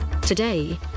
Today